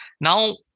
Now